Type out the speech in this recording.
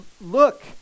look